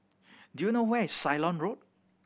do you know where is Ceylon Road